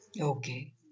Okay